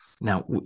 Now